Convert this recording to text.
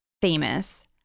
famous